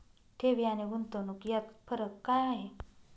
ठेवी आणि गुंतवणूक यात फरक काय आहे?